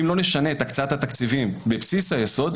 ואם לא נשנה את הקצאת התקציב בבסיס היסוד,